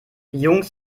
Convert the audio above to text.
jungs